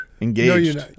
engaged